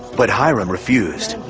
but hiram refused.